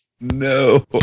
no